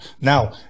now